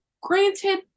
granted